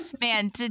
man